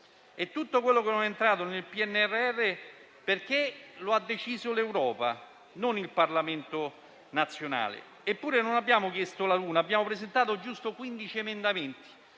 Tutto quello che non è entrato nel PNRR lo ha deciso l'Europa, non il Parlamento nazionale. Eppure non abbiamo chiesto la luna: abbiamo presentato appena quindici emendamenti,